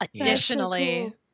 Additionally